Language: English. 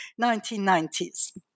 1990s